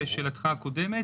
ולשאלתך הקודמת,